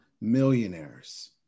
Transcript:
millionaires